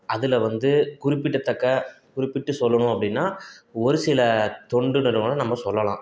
அதில் வந்து குறிப்பிட்டத்தக்க குறிப்பிட்டு சொல்லணும் அப்படின்னா ஒரு சில தொண்டு நிறுவனம் நம்ம சொல்லலாம்